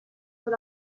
con